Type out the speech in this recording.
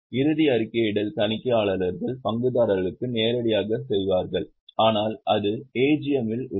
இறுதி அறிக்கையிடல் தணிக்கையாளர்கள் பங்குதாரர்களுக்கு நேரடியாகச் செய்வார்கள் ஆனால் அது AGM இல் உள்ளது